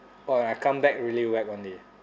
oh I come back really whack only